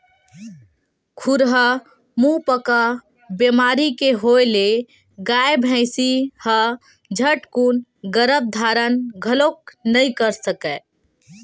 खुरहा मुहंपका बेमारी के होय ले गाय, भइसी ह झटकून गरभ धारन घलोक नइ कर सकय